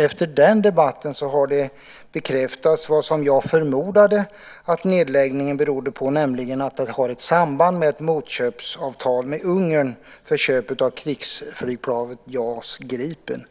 Efter den debatten har det bekräftats som jag förmodade att nedläggningen berodde på, nämligen att den har ett samband med motköpsavtal med Ungern för köp av krigsflygplanet JAS Gripen.